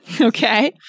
Okay